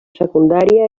secundària